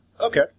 Okay